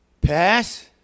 Pass